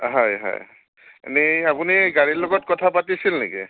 হয় হয় এনেই আপুনি গাড়ীৰ লগত কথা পাতিছিল নেকি